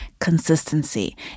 consistency